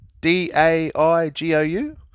D-A-I-G-O-U